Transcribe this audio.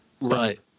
Right